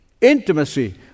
Intimacy